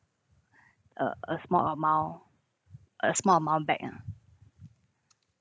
a a small amount a small amount back ah